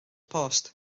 post